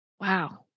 Wow